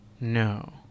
No